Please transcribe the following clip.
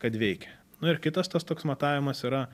kad veikia nu ir kitas tas toks matavimas yra